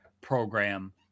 program